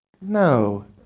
No